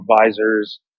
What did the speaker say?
advisors